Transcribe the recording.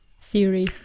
theory